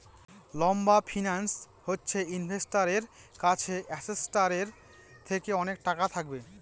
লম্বা ফিন্যান্স হচ্ছে ইনভেস্টারের কাছে অ্যাসেটটার থেকে অনেক টাকা থাকবে